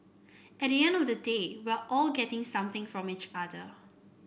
at the end of the day we're all getting something from each other